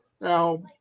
Now